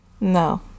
No